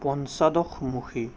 পঞ্চাদশমুখী